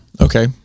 Okay